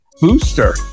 booster